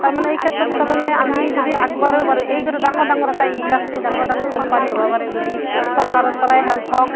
তাৰমানে এইক্ষেত্ৰত তাৰমানে আমি যদি আগবাঢ়িব পাৰোঁ এই গ'তে ডাঙৰ ডাঙৰ এটা ইণ্ডাষ্ট্ৰী ডাঙৰ ডাঙৰ কোম্পানী হ'ব পাৰে যদি চৰকাৰৰ পৰাই হেল্প হওক